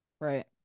Right